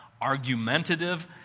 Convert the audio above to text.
argumentative